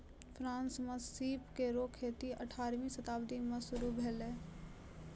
France म सीप केरो खेती अठारहवीं शताब्दी में शुरू भेलै